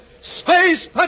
Space